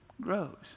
grows